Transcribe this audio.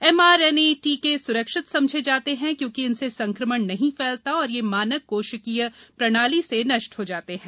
M RNA टीके स्रक्षित समझे जाते हैं क्योंकि इनसे संक्रमण नहीं फैलता और ये मानक कोशिकीय प्रणाली से नष्ट हो जाते हैं